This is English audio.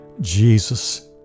Jesus